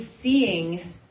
seeing